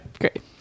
Great